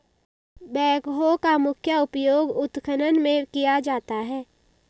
backhoe का मुख्य उपयोग उत्खनन में किया जाता है